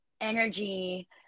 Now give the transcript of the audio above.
energy